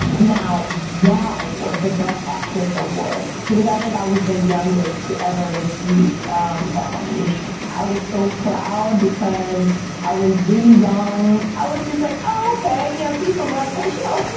now, that award, the best actress award. because i think i was the youngest to ever receive that nomination. i was so proud because i was really young. i was just like, oh, okay, yeah people like my show.